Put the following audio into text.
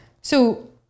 so-